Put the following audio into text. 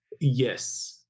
yes